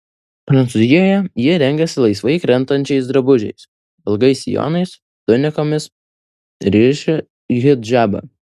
prancūzijoje ji rengiasi laisvai krentančiais drabužiais ilgais sijonais tunikomis ryši hidžabą